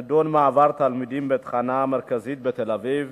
הנדון: מעבר תלמידים בתחנה המרכזית בתל-אביב,